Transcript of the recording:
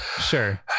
sure